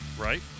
Right